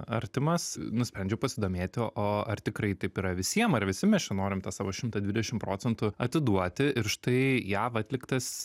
artimas nusprendžiau pasidomėti o ar tikrai taip yra visiem ar visi mes čia norim tą savo šimtą dvidešim procentų atiduoti ir štai jav atliktas